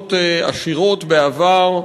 וחברות עשירות בעבר.